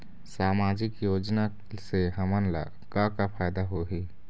सामाजिक योजना से हमन ला का का फायदा होही?